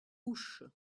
ouche